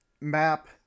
map